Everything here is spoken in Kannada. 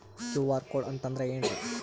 ಕ್ಯೂ.ಆರ್ ಕೋಡ್ ಅಂತಂದ್ರ ಏನ್ರೀ?